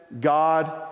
God